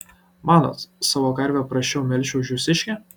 manot savo karvę prasčiau melšiu už jūsiškę